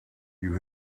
you